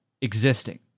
existing